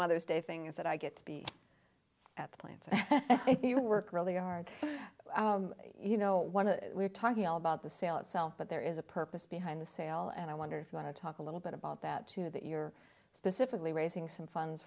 mother's day things that i get to be at the plants and you work really hard you know one of we're talking about the sale itself but there is a purpose behind the sale and i wonder if you want to talk a little bit about that too that you're specifically raising some funds